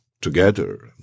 together